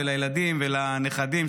לילדים ולנכדים,